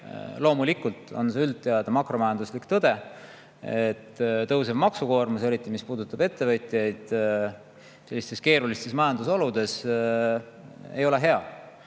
Loomulikult on teada see makromajanduslik tõde, et tõusev maksukoormus, eriti mis puudutab ettevõtjaid, sellistes keerulistes majandusoludes ei ole hea.